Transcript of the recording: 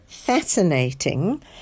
fascinating